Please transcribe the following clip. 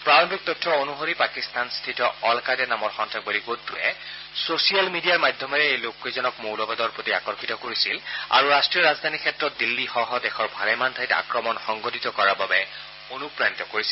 প্ৰাৰম্ভিক তথ্য অনুসাৰে পাকিস্তানস্থিত অল কায়দা নামৰ সন্নাসবাদী গোটটোৱে ছচিয়েল মিডিয়াৰ মাধ্যমেৰে এই লোককেইজনক মৌলবাদৰ প্ৰতি আকৰ্ষিত কৰিছিল আৰু ৰাষ্ট্ৰীয় ৰাজধানী ক্ষেত্ৰ দিল্লীসহ দেশৰ ভালেমান ঠাইত আক্ৰমণ সংঘটিত কৰাৰ বাবে অনুপ্ৰাণিত কৰিছিল